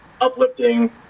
uplifting